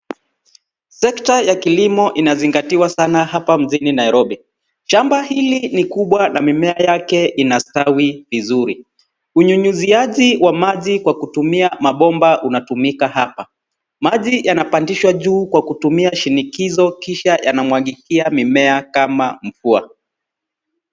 Sekta ya kilimo inazingatiwa sana hapa mjini Nairobi. Shamba hili ni kubwa na mimea yake inastawi vizuri. Unyunyiziaji wa maji kwa kutumia mabomba unatumika hapa. Maji yanapandishwa juu kwa kutumia shinikizo, kisha yanamwagikia mimea kama mvua.